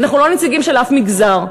וחלקכם הגדול בעלי ניסיון הרבה יותר משלנו,